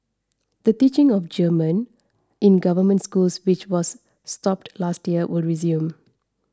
the teaching of German in government schools which was stopped last year will resume